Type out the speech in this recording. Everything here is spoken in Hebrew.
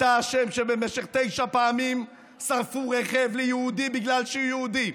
אתה אשם שבמשך תשע פעמים שרפו רכב ליהודי בגלל שהוא יהודי,